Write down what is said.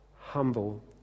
humble